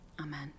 amen